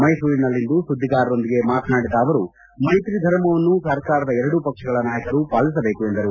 ಮೈಸೂರಿನಲ್ಲಿಂದು ಸುದ್ದಿಗಾರರೊಂದಿಗೆ ಮಾತನಾಡಿದ ಅವರು ಧರ್ಮವನ್ನು ಸರ್ಕಾರದ ಎರಡೂ ಪಕ್ಷಗಳ ನಾಯಕರು ಪಾಲಿಸಬೇಕು ಎಂದರು